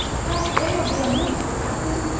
class day'll be a mess without him!